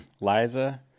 Liza